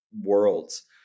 worlds